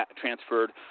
transferred